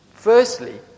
Firstly